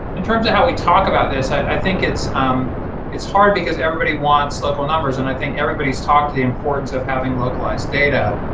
in terms of how we talk about this, i think it's um it's hard because everybody wants local numbers and i think everybody's taught the importance of having localized data,